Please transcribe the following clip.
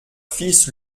fils